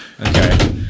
Okay